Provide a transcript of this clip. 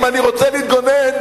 אם אני רוצה להתגונן,